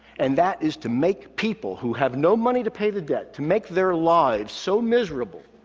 and that is to make people who have no money to pay the debt, to make their lives so miserable,